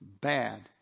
bad